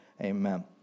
Amen